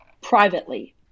privately